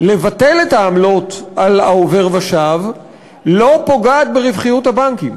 לבטל את העמלות על העובר ושב לא פוגעת ברווחיות הבנקים.